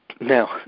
Now